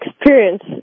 experience